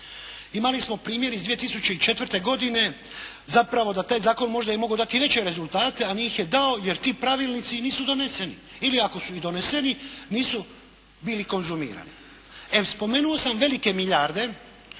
Imali smo primjer iz 2004. godine zapravo da je taj zakon mogao dati i veće rezultate a nije ih dao jer ti pravilnici nisu doneseni ili ako su i doneseni nisu bili konzumirani. Spomenuo sam velike milijarde,